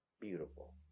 beautiful